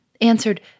answered